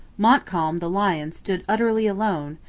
montcalm the lion stood utterly alone,